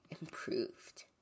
improved